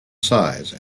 size